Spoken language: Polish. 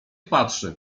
patrzy